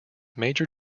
major